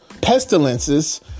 Pestilences